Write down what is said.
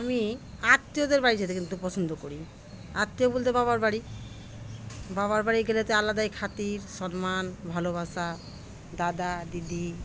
আমি আত্মীয়দের বাড়ি যেতে কিন্তু পছন্দ করি আত্মীয় বলতে বাবার বাড়ি বাবার বাড়ি গেলেতে আলাদাই খাতির সম্মান ভালোবাসা দাদা দিদি